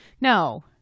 No